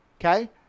okay